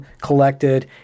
collected